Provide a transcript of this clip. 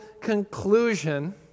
conclusion